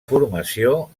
formació